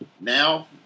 Now